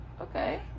Okay